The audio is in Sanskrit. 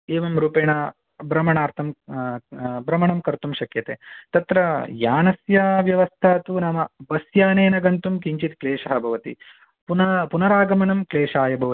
एवं रूपेण भ्रमणार्थं भ्रमणं कर्तुं शक्यते तत्र यानस्य व्यवस्था तु नाम बस्यानेन गन्तुं किञ्चत् क्लेशः भवति पुनरा पुनरागमनं क्लेशाय भवतीत्यर्थः